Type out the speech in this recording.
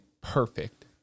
perfect